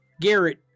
garrett